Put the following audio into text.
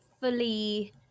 fully